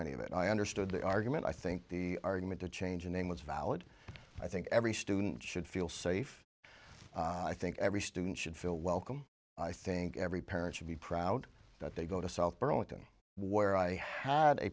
any of it i understood the argument i think the argument the change in him was valid i think every student should feel safe i think every student should feel welcome i think every parent should be proud that they go to south burlington where i had a